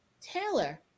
Taylor